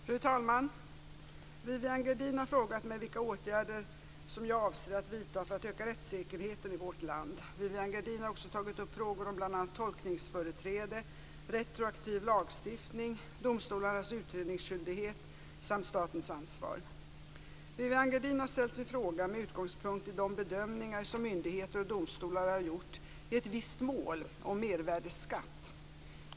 Fru talman! Viviann Gerdin har frågat mig vilka åtgärder jag avser att vidta för att öka rättssäkerheten i vårt land. Viviann Gerdin har också tagit upp frågor om bl.a. tolkningsföreträde, "retroaktiv lagstiftning", domstolarnas utredningsskyldighet samt statens ansvar. Viviann Gerdin har ställt sin fråga med utgångspunkt i de bedömningar som myndigheter och domstolar har gjort i ett visst mål om mervärdesskatt.